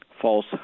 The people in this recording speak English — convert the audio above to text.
false